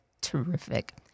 Terrific